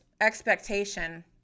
expectation